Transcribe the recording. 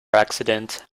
accident